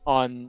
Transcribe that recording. on